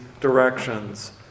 directions